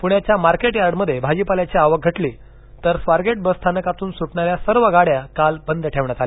पुण्याच्या मार्केट यार्डमध्ये भाजीपाल्याची आवक घटली तर स्वारगेट बस स्थानकातून सुटणाऱ्या सर्व गाड्या काल बंद ठेवण्यात आल्या